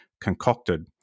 concocted